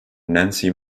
nancy